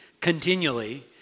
Continually